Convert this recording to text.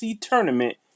Tournament